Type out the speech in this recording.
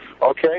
okay